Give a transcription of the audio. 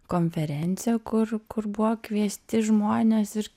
konferencija kur kur buvo kviesti žmonės ir